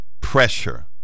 pressure